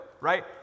Right